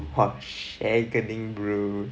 !wah! shakening bro